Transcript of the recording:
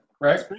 Right